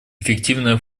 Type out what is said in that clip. эффективное